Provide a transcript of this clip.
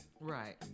Right